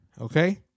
okay